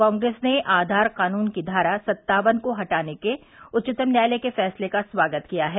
कांग्रेस ने आधार कानून की धारा सत्तावन को हटाने के उच्चतम न्यायालय के फैसले का स्वागत किया है